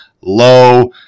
low